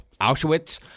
Auschwitz